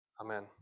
amen